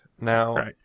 Now